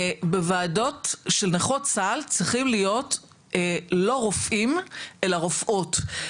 בוועדות של נכות צה"ל צריכים להיות לא רופאים אלא רופאות.